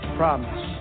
promise